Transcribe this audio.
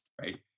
right